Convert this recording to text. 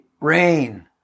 rain